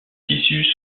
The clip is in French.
tissus